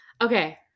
Okay